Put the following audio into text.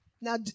Now